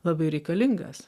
labai reikalingas